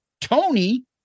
Tony